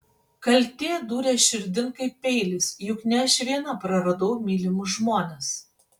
kaltė dūrė širdin kaip peilis juk ne aš viena praradau mylimus žmones